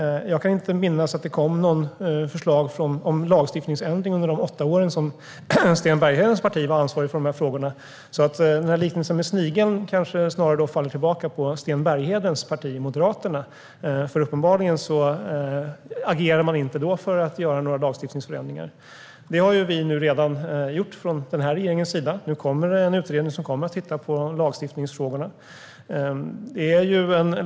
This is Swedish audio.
Jag kan inte minnas att det kom något förslag om lagstiftningsändring under de åtta år som Sten Berghedens parti var ansvarigt för frågorna. Liknelsen vid snigeln kanske snarare faller tillbaka på hans parti, Moderaterna, för uppenbarligen agerade man inte då för att göra några lagstiftningsförändringar. Det har vi redan gjort från den här regeringens sida. Nu kommer en utredning som kommer att se på lagstiftningsfrågorna.